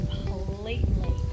completely